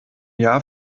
jahr